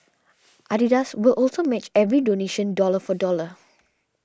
Adidas will also match every donation dollar for dollar